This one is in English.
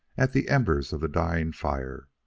at the embers of the dying fire,